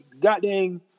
goddamn